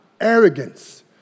arrogance